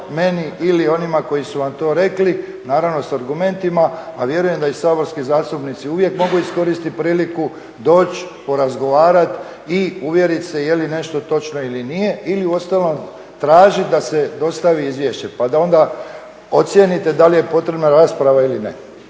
meni ili onima koji su vam to rekli naravno s argumentima, a vjerujem da i saborski zastupnici uvijek mogu iskoristit priliku, doći, porazgovarat i uvjerit se je li nešto točno ili nije ili uostalom tražit da se dostavi izvješće pa da ocijenite da li je potrebna rasprava ili ne.